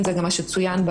כמה שזה היה משמעותי.